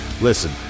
Listen